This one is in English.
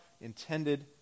intended